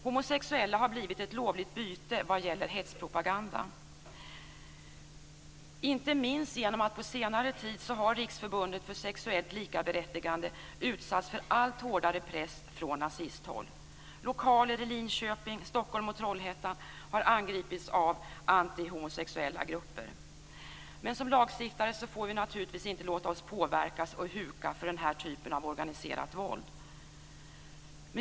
Homosexuella har blivit ett lovligt byte vad gäller hetspropaganda, inte minst genom att Riksförbundet för sexuellt likaberättigande på senare tid har utsatts för en allt hårdare press från nazisthåll. Lokaler i Linköping, Stockholm och Trollhättan har angripits av antihomosexuella grupper. Men som lagstiftare får vi naturligtvis inte låta oss påverkas eller huka för den här typen av organiserat våld.